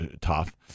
tough